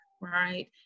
right